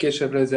בקשר לזה.